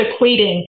equating